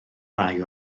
rai